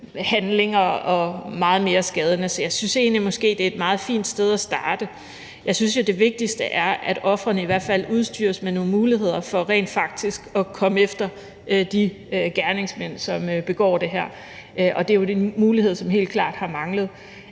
gentagne og meget mere skadende handlinger. Så jeg synes måske egentlig, at det er et meget fint sted at starte. Jeg synes jo, at det vigtigste er, at ofrene i hvert fald udstyres med nogle muligheder for rent faktisk at komme efter de gerningsmænd, som begår de her ting; det er jo den mulighed, som helt klart har manglet.